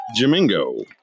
Jamingo